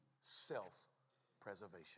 self-preservation